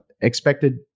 expected